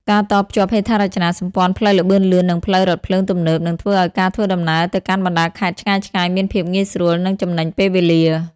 ការតភ្ជាប់ហេដ្ឋារចនាសម្ព័ន្ធផ្លូវល្បឿនលឿន និងផ្លូវរថភ្លើងទំនើប នឹងធ្វើឱ្យការធ្វើដំណើរទៅកាន់បណ្តាខេត្តឆ្ងាយៗមានភាពងាយស្រួល និងចំណេញពេលវេលា។